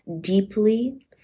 deeply